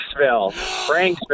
Franksville